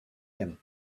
him